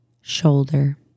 shoulder